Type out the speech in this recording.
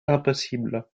impossible